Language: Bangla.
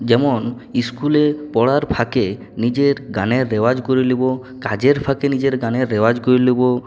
যেমন ইস্কুলে পড়ার ফাঁকে নিজের গানের রেওয়াজ করে নেব কাজের ফাঁকে নিজের গানের রেওয়াজ করে নেব